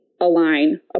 align